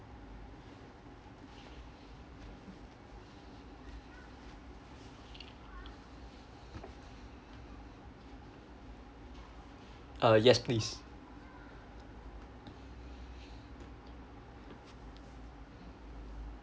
uh yes please